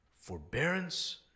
forbearance